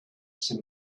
some